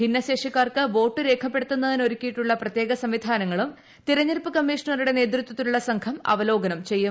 ഭിന്നശേഷിക്കാർക്ക് വോട്ട് രേഖപ്പെടുത്തുന്നതിന് ഒരുക്കിയിട്ടുള്ള പ്രത്യേക സംവിധാനങ്ങളും തെരഞ്ഞെടുപ്പ് കമ്മീഷണറുട്ടെ നേതൃത്വത്തിലുള്ള സംഘം അവലോകനം ചെയ്യും